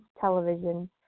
television